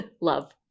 love